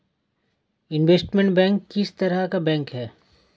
Investment bank किस तरह का बैंक है?